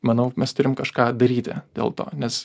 manau mes turim kažką daryti dėl to nes